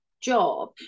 job